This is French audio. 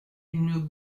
une